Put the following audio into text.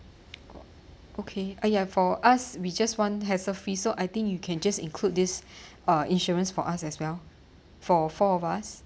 okay ah ya for us we just want has a fee so I think you can just include this uh insurance for us as well for four of us